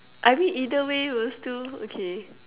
I mean either way we'll still okay